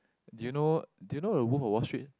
do you know do you know the Wolf of Wall Street